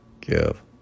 give